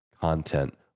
content